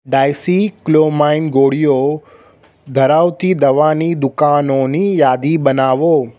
ડાઈસી ક્લોમાઈન ગોળીઓ ધરાવતી દવાની દુકાનોની યાદી બનાવો